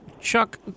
Chuck